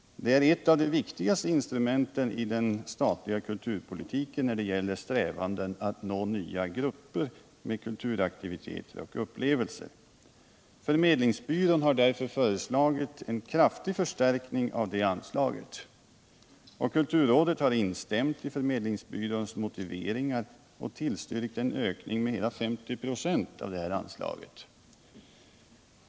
Det är också ett av de viktigaste instrumenten i den statliga kulturpolitiken när det gäller strävanden att nå nya grupper med kulturaktiviteter och upplevelser. Förmedlingsbyrån har därför föreslagit en kraftig förstärkning av detta anslag. Kulturrådet har instämt i förmedlingsbyråns motiveringar och tillstyrkt en ökning av anslaget med hela 50 96.